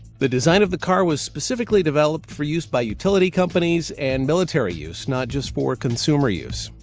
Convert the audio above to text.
the design of the car was specifically developed for use by utility companies and military use, not just for consumer use.